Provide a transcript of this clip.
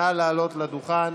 נא לעלות לדוכן.